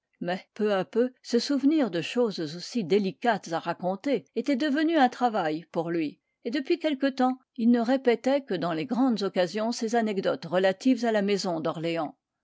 mais peu à peu ce souvenir de choses aussi délicates à raconter était devenu un travail pour lui et depuis quelque temps il ne répétait que dans les grandes occasions ses anecdotes relatives à la maison d'orléans